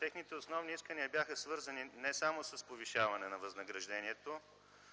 Техните основни искания бяха свързани не само с повишаване на възнаграждението,